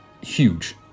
huge